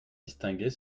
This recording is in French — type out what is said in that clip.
distinguer